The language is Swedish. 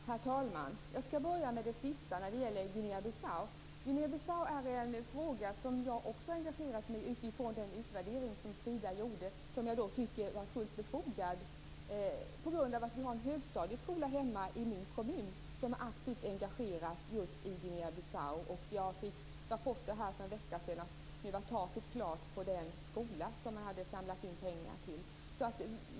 Herr talman! Jag skall börja med den sista frågan, som gäller Guinea Bissau. Jag har också engagerat mig i frågan utifrån den utvärdering som Sida gjort och som jag tycker var fullt befogad. Hemma i min kommun finns en högstadieskola som aktivt engagerat sig i Guinea Bissau. För en vecka sedan fick jag rapporter om att taket var klart på den skola man samlat in pengar till.